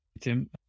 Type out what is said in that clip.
Tim